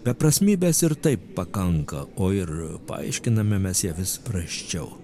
beprasmybės ir taip pakanka o ir paaiškiname mes ją vis prasčiau